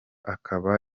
akaba